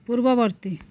ପୂର୍ବବର୍ତ୍ତୀ